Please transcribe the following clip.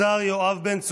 השר יואב בן צור.